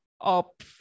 up